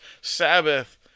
Sabbath